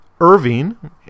Irving